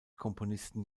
komponisten